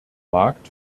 markt